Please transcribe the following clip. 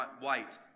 white